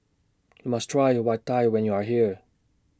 YOU must Try Vadai when YOU Are here